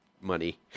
money